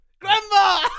Grandma